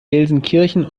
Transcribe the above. gelsenkirchen